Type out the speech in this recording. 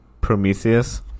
Prometheus